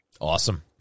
Awesome